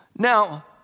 Now